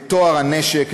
את טוהר הנשק,